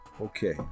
Okay